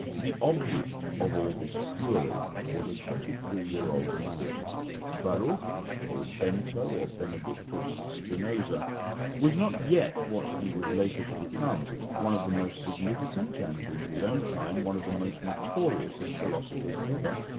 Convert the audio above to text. the object of all this fury was a twenty three year old man baruch or bento or benedictus spinoza was not yet what he was later to become one of the most significant and, in his own time, one of the most notorious of philosophers ever.